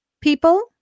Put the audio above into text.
people